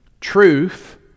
truth